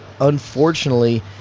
unfortunately